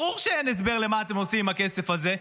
ברור שאין הסבר למה אתם עושים עם הכסף הזה,